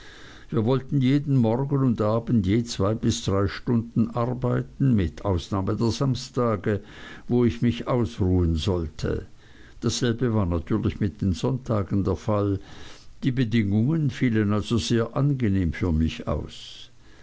wir wollten jeden morgen und abend je zwei bis drei stunden arbeiten mit ausnahme der samstage wo ich mich ausruhen sollte dasselbe war natürlich mit den sonntagen der fall die bedingungen fielen also sehr angenehm für mich aus